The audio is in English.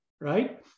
right